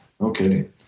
Okay